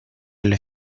alle